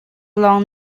lawng